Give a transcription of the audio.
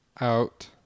out